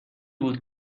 بود